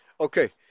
Okay